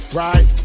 right